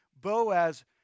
Boaz